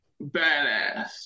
badass